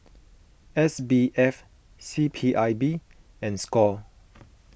S B F C P I B and Score